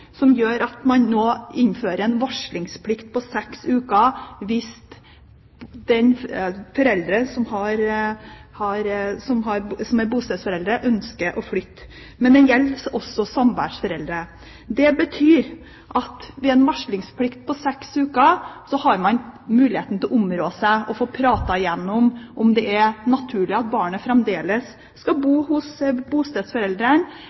som gjør at man nå innfører en varslingsplikt på seks uker hvis den av foreldrene som er bostedsforelder ønsker å flytte. Men den gjelder også samværsforeldre. Det betyr at med en varslingsplikt på seks uker har man muligheten til å områ seg og få pratet igjennom om det er naturlig at barnet fremdeles skal bo